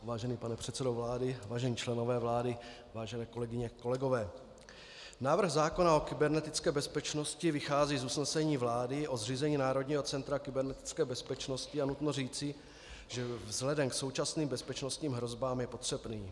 Vážený pane předsedo vlády, vážení členové vlády, vážené kolegyně, kolegové, návrh zákona o kybernetické bezpečnosti vychází z usnesení vlády o zřízení Národního centra kybernetické bezpečnosti, a nutno říci, že vzhledem k současným bezpečnostním hrozbám je potřebný.